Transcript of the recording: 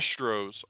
Astros